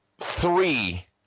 three